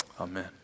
Amen